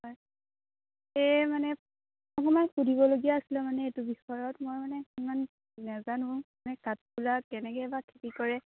হয় এই মানে আপোনাক সুধিবলগীয়া আছিলে মানে এইটো বিষয়ত মই মানে ইমান নেজানো মানে কাঠফুলাৰ কেনেকৈ বা খেতি কৰে